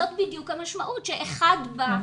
זאת בדיוק המשמעות, שאחד בא על חשבון השני.